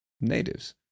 natives